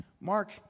Mark